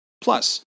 Plus